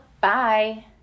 Bye